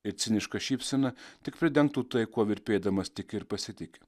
ir ciniška šypsena tik pridengtų tai kuo virpėdamas tiki ir pasitiki